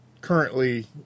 currently